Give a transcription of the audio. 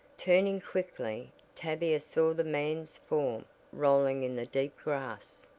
turning quickly tavia saw the man's form rolling in the deep grass.